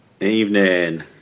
Evening